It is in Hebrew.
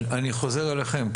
אני חוזר אליכם.